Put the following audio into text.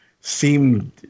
Seemed